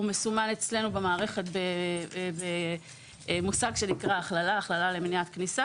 הוא מסומן אצלנו במערכת במושג שנקרא הכללה הכללה למניעת כניסה